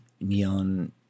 Neon